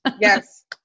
Yes